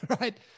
right